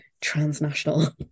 transnational